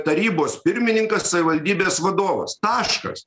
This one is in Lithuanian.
tarybos pirmininkas savivaldybės vadovas taškas